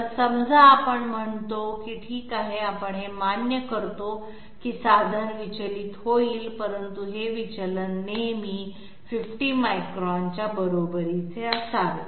तर समजा आपण म्हणतो की ठीक आहे आपण हे मान्य करतो की साधन विचलित होईल परंतु हे विचलन नेहमी 50 मायक्रॉनच्या बरोबरीचे असावे